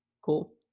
Cool